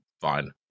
fine